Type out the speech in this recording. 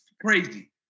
crazy